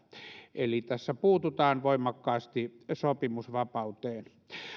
eli tässä puututaan voimakkaasti sopimusvapauteen